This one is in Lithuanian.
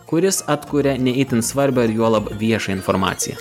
kuris atkuria ne itin svarbią ir juolab viešą informaciją